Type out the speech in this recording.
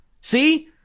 See